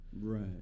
Right